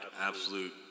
absolute